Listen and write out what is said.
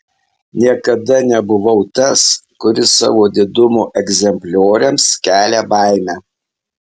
niekada nebuvau tas kuris savo didumo egzemplioriams kelia baimę